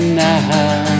now